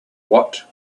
what